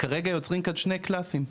כרגע יוצרים כאן שני "קלאסים".